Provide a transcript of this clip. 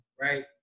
right